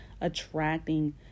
attracting